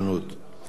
הצעות לסדר-היום